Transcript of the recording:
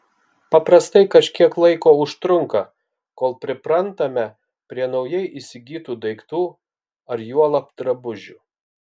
paprastai kažkiek laiko užtrunka kol priprantame prie naujai įsigytų daiktų ar juolab drabužių